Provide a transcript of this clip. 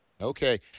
Okay